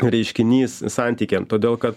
reiškinys santykiam todėl kad